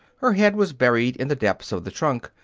her head was buried in the depths of the trunk.